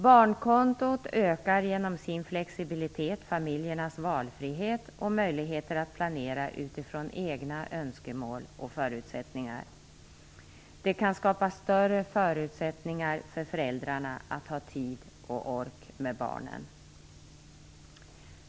Barnkontot ökar genom sin flexibilitet familjernas valfrihet och möjligheter att planera utifrån egna önskemål och förutsättningar. Det kan skapa större förutsättningar för föräldrarna att ha tid och ork med barnen.